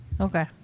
Okay